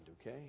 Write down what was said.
okay